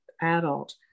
adult